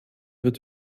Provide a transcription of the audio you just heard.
wird